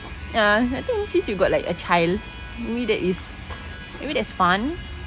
ya I think since you got like a child maybe that is maybe that's fun